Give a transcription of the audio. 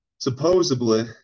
Supposedly